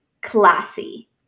classy